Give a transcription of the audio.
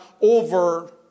over